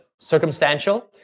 Circumstantial